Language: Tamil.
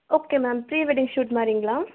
okay ma'am pre wedding shoot மாதிரிங்களா